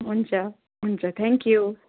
हुन्छ हुन्छ थ्याङ्कयू